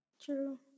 true